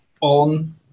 on